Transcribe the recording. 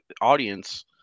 audience